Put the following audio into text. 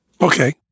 Okay